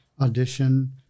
audition